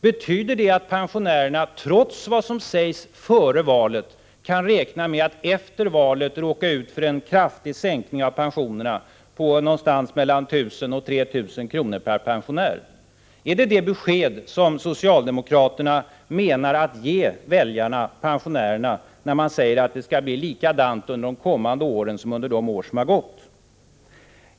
Betyder det att pensionärerna, trots vad som sägs före valet, kan räkna med att efter valet råka ut för en kraftig sänkning av pensionerna på någonstans mellan 1 000 och 3 000 kr. per pensionär? Är det det besked som socialdemokraterna vill ge väljarna, pensionärerna, när man säger att det skall bli likadant under de kommande åren som under de år som gått?